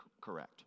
correct